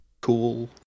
cool